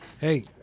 Hey